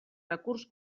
recurs